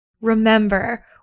Remember